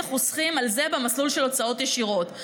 החוסכים על זה במסלול של הוצאות ישירות?